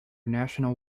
national